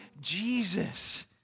Jesus